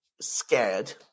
scared